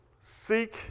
Seek